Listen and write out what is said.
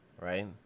right